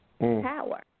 Power